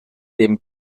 dem